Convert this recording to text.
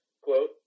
quote